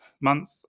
Month